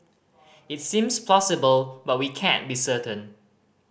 it seems plausible but we can't be certain